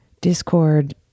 discord